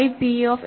phi p of